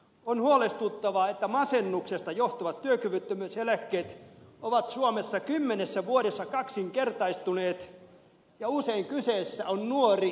on huolestuttavaa että masennuksesta johtuvat työkyvyttömyyseläkkeet ovat suomessa kymmenessä vuodessa kaksinkertaistuneet ja usein kyseessä on nuori ihminen